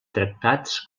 tractats